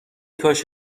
کاش